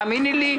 האמיני לי,